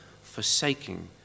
forsaking